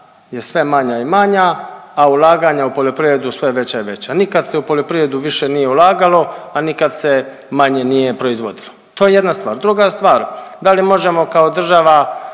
je sve manja i manja, a ulaganja u poljoprivredu sve veća i veća. Nikad se u poljoprivredu više nije ulagalo, a nikad se manje nije proizvodilo. To je jedna stvar. Druga stvar da li možemo kao država